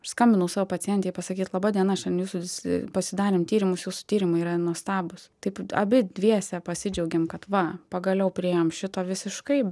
skambinau savo pacientei pasakyt laba diena šiandien jūsų visi pasidarėm tyrimus jūsų tyrimai yra nuostabūs taip abi dviese pasidžiaugėm kad va pagaliau priėjom šito visiškai